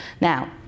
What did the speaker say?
Now